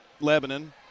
Lebanon